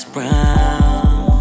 Brown